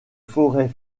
forêt